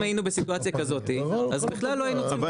אם היינו בסיטואציה כזאת אז בכלל לא היינו צריכים -- אבל